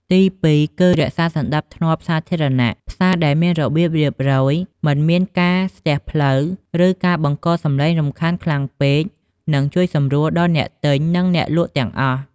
ទីពីរ គឺ រក្សាសណ្ដាប់ធ្នាប់សាធារណៈ ផ្សារដែលមានរបៀបរៀបរយ មិនមានការស្ទះផ្លូវ ឬការបង្កសំឡេងរំខានខ្លាំងពេក នឹងជួយសម្រួលដល់អ្នកទិញ និងអ្នកលក់ទាំងអស់។